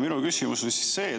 Minu küsimus on see.